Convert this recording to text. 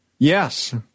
Yes